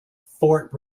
fort